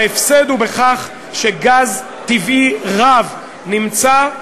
ההפסד הוא בכך שגז טבעי רב נמצא,